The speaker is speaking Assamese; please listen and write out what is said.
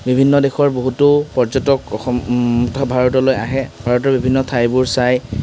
বিভিন্ন দেশৰ বহুতো পৰ্যটক অসম তথা ভাৰতলৈ আহে ভাৰতৰ বিভিন্ন ঠাইবোৰ চায়